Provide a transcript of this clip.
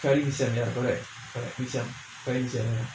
kari mee siam ya correct ya correct mee siam kari mee siam